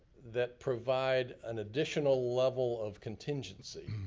that provide an additional level of contingency,